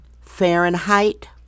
fahrenheit